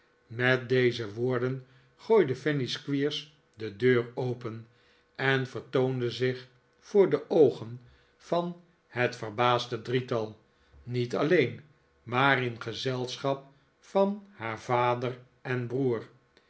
met deze woorden gooide fanny squeers de deur open en vertoonde zich voor de oogen van het verbaasde drietal niet alleen maar in het gezelschap van haar vader en broer